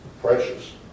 Precious